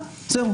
זהו.